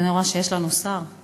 סגן השר נהרי כאן.